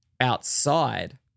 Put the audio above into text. outside